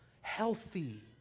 healthy